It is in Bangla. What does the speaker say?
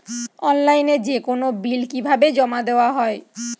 অনলাইনে যেকোনো বিল কিভাবে জমা দেওয়া হয়?